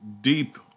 deep